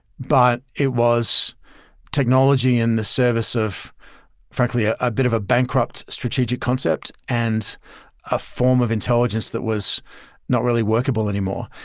but it was technology in the service of frankly ah a bit of a bankrupt strategic concept and a form of intelligence that was not really workable anymore.